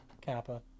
kappa